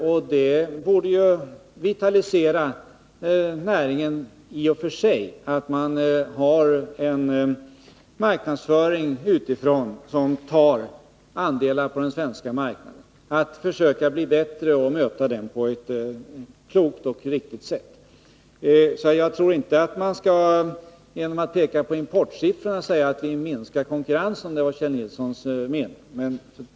Att det finns en marknadsföring utifrån som tar andelar av den svenska marknaden borde i och för sig vitalisera näringen till att försöka bli bättre och möta konkurrensen på ett klokt och riktigt sätt. Jag tror inte att man genom att peka på importsiffrorna skall säga att vi minskar konkurrensen, om det var Kjell Nilssons mening.